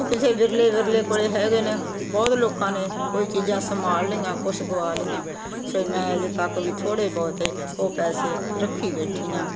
ਉਹ ਕਿਸੇ ਵਿਰਲੇ ਵਿਰਲੇ ਕੋਲ ਹੈਗੇ ਨੇ ਬਹੁਤ ਲੋਕਾਂ ਨੇ ਕੋਈ ਚੀਜ਼ਾਂ ਸੰਭਾਲ ਲਈਆਂ ਕੁਛ ਗਵਾ ਲਈਆਂ ਫਿਰ ਮੈਂ ਅਜੇ ਤੱਕ ਵੀ ਥੋੜ੍ਹੇ ਬਹੁਤ ਉਹ ਪੈਸੇ ਰੱਖੀ ਬੈਠੀ ਹਾਂ